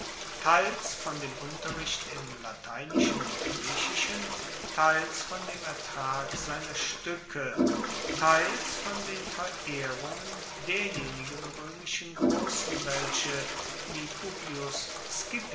teils von dem unterricht im lateinischen und griechischen teils von dem ertrag seiner stuecke teils von den verehrungen derjenigen roemischen grossen welche wie